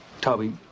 Toby